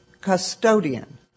custodian